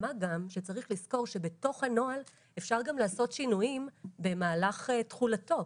מה גם שצריך לזכור שבתוך הנוהל אפשר גם לעשות שינויים במהלך תחולתו.